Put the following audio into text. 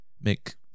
make